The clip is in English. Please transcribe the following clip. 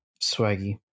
Swaggy